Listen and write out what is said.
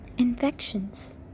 Infections